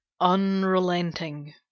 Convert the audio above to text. unrelenting